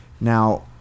Now